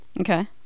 Okay